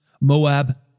Moab